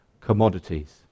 commodities